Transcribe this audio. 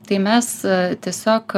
tai mes tiesiog